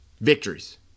Victories